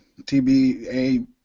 TBA